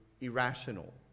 irrational